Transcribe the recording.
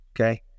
Okay